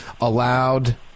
allowed